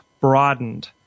broadened